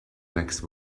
next